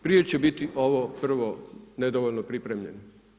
Prije će biti ovo prvo, nedovoljno pripremljeni.